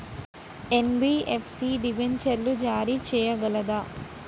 NBFC డిబెంచర్లు జారీ చేయగలదా?